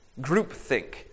Groupthink